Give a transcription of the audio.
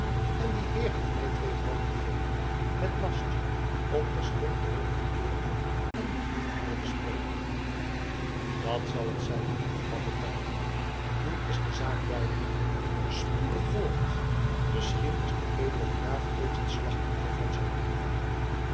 en die heer heeft mij twee groot gegeven met last om terstond terug te keeren en met niemand meer te spreken dat zal het zijn hervatte teylingen nu is de zaak duidelijk spoedig voort misschien is de edele graaf reeds het slachtoffer van zijn